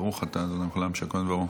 ברוך אתה ה' מלך העולם שהכול נהיה בדברו.